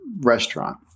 restaurant